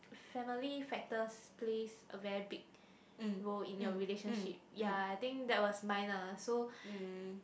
family factors plays a very big role in your relationship ya I think that was minus so